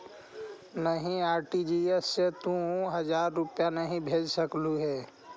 नहीं, आर.टी.जी.एस से तू हजार रुपए नहीं भेज सकलु हे